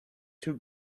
two